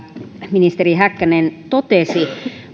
ministeri häkkänen totesi